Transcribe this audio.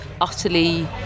utterly